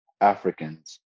Africans